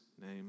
name